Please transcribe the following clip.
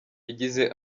yagize